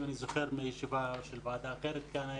אני זוכר מישיבה של ועדה אחרת כאן,